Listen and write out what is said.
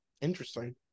Interesting